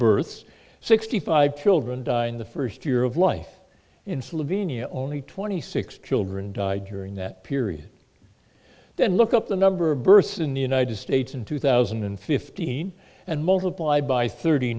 births sixty five children die in the first year of life in slovenia only twenty six children die during that period then look up the number of births in the united states in two thousand and fifteen and multiplied by thirty